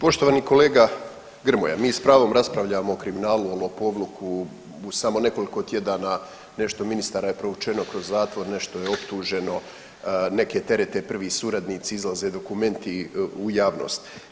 Poštovani kolega Grmoja, mi s pravom raspravljamo o kriminalu, o lopovluku u samo nekoliko tjedana nešto ministara je provučeno kroz zatvor, nešto je optuženo, neke terete prvi suradnici, izlaze dokumenti u javnost.